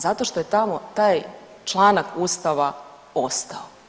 Zato što je tamo taj članak ustava ostao.